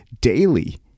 daily